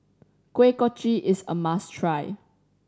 Kuih Kochi is a must try